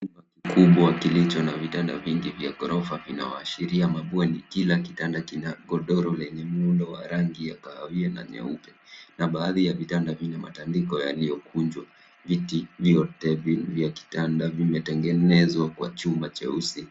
Chumba kikubwa kilicho na vitanda vya gorofa inayoashiria mabweni. Kila kitanda kina godoro lenye miundo ya rangi ya kahawia na nyeupe na baadhi ya vitanda vina matandiko yaliyokunjwa. Viti vyote vya kitanda vimetengenezwa kwa chuma cheusi